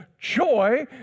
joy